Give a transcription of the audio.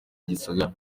gisagara